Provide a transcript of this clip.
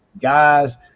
guys